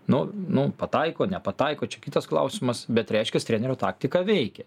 nu nu pataiko nepataiko čia kitas klausimas bet reiškias trenerio taktika veikia